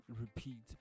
repeat